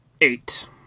Eight